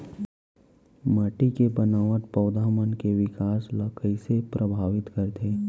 माटी के बनावट पौधा मन के बिकास ला कईसे परभावित करथे